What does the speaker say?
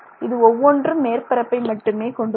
இது ஒவ்வொன்றுமே மேற்பரப்பு மட்டுமே கொண்டுள்ளது